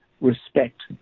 respect